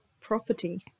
property